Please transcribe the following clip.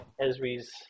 Esri's